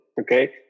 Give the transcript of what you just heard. Okay